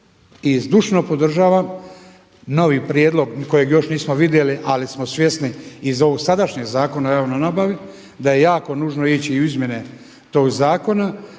i zdušno podržavam novi prijedlog kojeg još nismo vidjeli ali smo svjesni iz ovog sadašnjeg Zakona o javnoj nabavi da je jako nužno ići u izmjene tog zakona